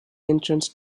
entrance